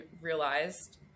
realized